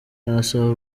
arasaba